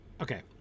Okay